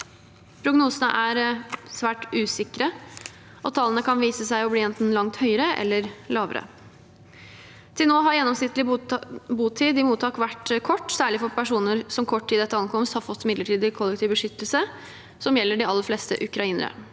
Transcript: Prognosene er svært usikre, og tallene kan vise seg å bli enten langt høyere eller lavere. Til nå har gjennomsnittlig botid i mottak vært kort, særlig for personer som kort tid etter ankomst har fått midlertidig kollektiv beskyttelse, noe som gjelder de aller fleste ukrainere.